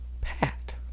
Pat